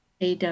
AW